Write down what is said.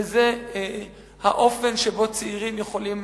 וזה האופן שבו צעירים יכולים